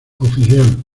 oficial